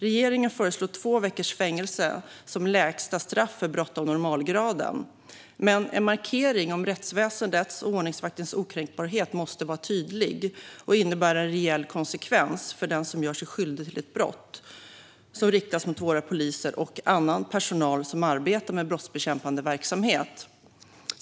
Regeringen föreslår två veckors fängelse som lägsta straff för brott av normalgraden. Men en markering om rättsväsendets och ordningsmaktens okränkbarhet måste vara tydlig och innebära en reell konsekvens för den som gör sig skyldig till ett brott som riktas mot våra poliser och annan personal som arbetar med brottsbekämpande verksamhet.